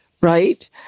right